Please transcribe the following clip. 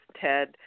Ted